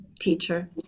teacher